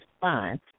fine